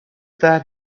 that